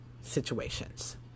situations